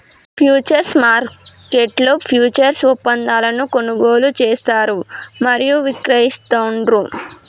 futures మార్కెట్లో futures ఒప్పందాలను కొనుగోలు చేస్తారు మరియు విక్రయిస్తాండ్రు